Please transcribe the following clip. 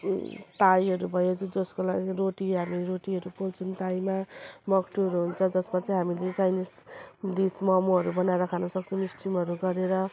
ताईहरू भयो जसको लागि रोटी हामी रोटीहरू पोल्छौँ ताईमा मक्टुहरू हुन्छ जसमा चाहिँ हामीले चाइनिज डिस मोमोहरू बनाएर खानसक्छौँ स्टिमहरू गरेर